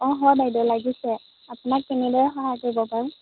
অঁ হয় বাইদেউ লাগিছে আপোনাক কেনেদৰে সহায় কৰিব পাৰোঁ